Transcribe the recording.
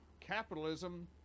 capitalism